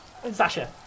Sasha